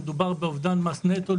מדובר באובדן מס נטו.